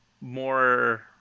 more